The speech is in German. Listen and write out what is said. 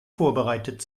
vorbereitet